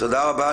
תודה רבה.